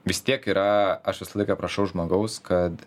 vis tiek yra aš visą laiką prašau žmogaus kad